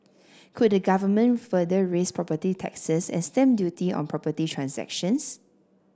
could the Government further raise property taxes and stamp duty on property transactions